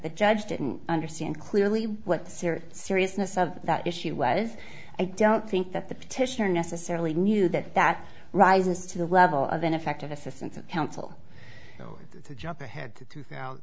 the judge didn't understand clearly what the serious seriousness of that issue was i don't think that the petitioner necessarily knew that that rises to the level of ineffective assistance of counsel to jump ahead to two thousand